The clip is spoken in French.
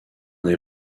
des